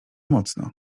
mocno